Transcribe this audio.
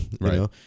right